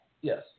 Yes